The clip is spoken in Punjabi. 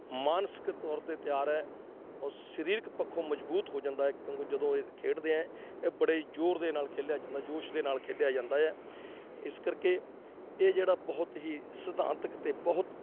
ਮਾਨਸਿਕ ਤੌਰ 'ਤੇ ਤਿਆਰ ਹੈ ਉਹ ਸਰੀਰਕ ਪੱਖੋਂ ਮਜ਼ਬੂਤ ਹੋ ਜਾਂਦਾ ਕਿਉਂਕਿ ਜਦੋਂ ਇਹ ਖੇਡਦੇ ਐਂ ਇਹ ਬੜੇ ਜ਼ੋਰ ਦੇ ਨਾਲ ਖੇਡਿਆ ਜਾਂਦਾ ਜੋਸ਼ ਦੇ ਨਾਲ ਖੇਡਿਆ ਜਾਂਦਾ ਹੈ ਇਸ ਕਰਕੇ ਇਹ ਜਿਹੜਾ ਬਹੁਤ ਹੀ ਸਿਧਾਂਤਕ ਅਤੇ ਬਹੁਤ